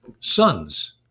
sons